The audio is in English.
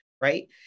right